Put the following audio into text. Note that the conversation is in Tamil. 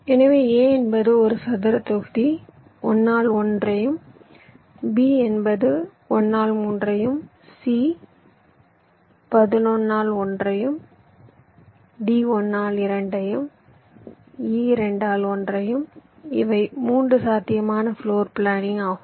எனவே A என்பது ஒரு சதுர தொகுதி 1 ஆல் 1 B என்பது 1 ஆல் 3 C 1 ஆல் 1 D 1 ஆல் 2 E 2 ஆல் 1 இவை 3 சாத்தியமான பிளோர் பிளானிங் ஆகும்